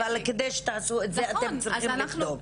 אבל כדי שתעשו את זה אתם צריכים לבדוק.